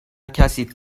کسی